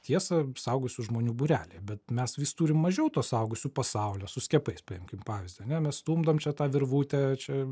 tiesą suaugusių žmonių būrelyje bet mes vis turim mažiau to suaugusių pasaulio su skiepais paimkim pavyzdį ane mes stumdom čia tą virvutę čia